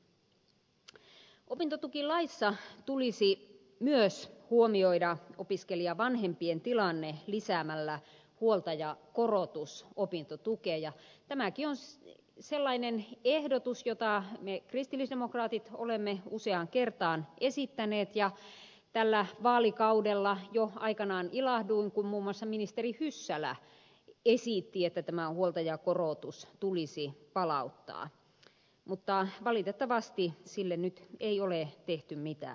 opintotukilaissa tulisi myös huomioida opiskelijavanhempien tilanne lisäämällä huoltajakorotus opintotukeen ja tämäkin on sellainen ehdotus jota me kristillisdemokraatit olemme useaan kertaan esittäneet ja tällä vaalikaudella jo aikanaan ilahduin kun muun muassa ministeri hyssälä esitti että tämä huoltajakorotus tulisi palauttaa mutta valitettavasti sille nyt ei ole tehty mitään